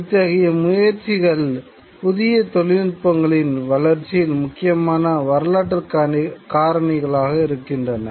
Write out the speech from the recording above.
இத்தகைய முயற்சிகள் புதிய தொழில்நுட்பங்களின் வளர்ச்சியில் முக்கியமான வரலாற்றுக் காரணிகளாக இருக்கின்றன